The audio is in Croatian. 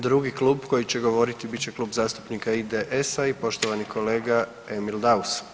Drugi klub koji će govoriti bit će Klub zastupnika IDS-a i poštovani kolega Emil Daus.